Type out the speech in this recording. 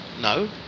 no